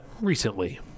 recently